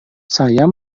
saya